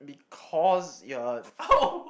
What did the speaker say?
because you are